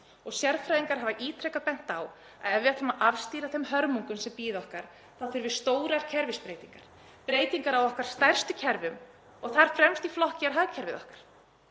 og sérfræðingar hafa ítrekað bent á að ef við ætlum að afstýra þeim hörmungum sem bíða okkar þá þurfi stórar kerfisbreytingar, breytingar á okkar stærstu kerfum og þar fremst í flokki er hagkerfið okkar.